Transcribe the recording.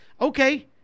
okay